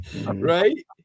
Right